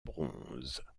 bronze